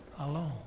alone